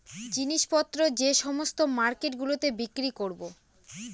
জিনিস পত্র যে সমস্ত মার্কেট গুলোতে বিক্রি করবো